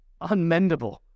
unmendable